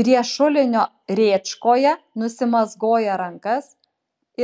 prie šulinio rėčkoje nusimazgoja rankas